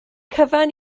cyfan